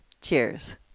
Cheers